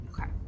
Okay